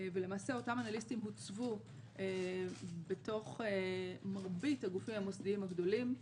ולמעשה אותם אנליסטים הוצבו בתוך מרבית הגופים המוסדיים הגדולים.